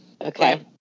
Okay